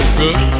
good